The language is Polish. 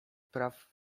praw